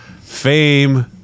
Fame